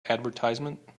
advertisement